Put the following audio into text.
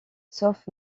sauf